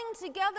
together